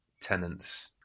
tenants